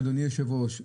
אדוני היושב-ראש,